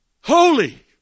Holy